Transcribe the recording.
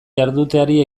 jarduteari